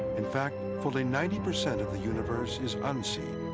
in fact, fully ninety percent of the universe is unseen,